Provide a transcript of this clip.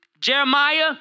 Jeremiah